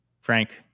Frank